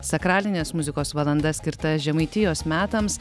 sakralinės muzikos valanda skirta žemaitijos metams